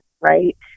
right